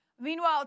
meanwhile